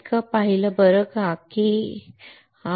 इतकं आपण पाहिलं बरं का आपण हे पाहिलं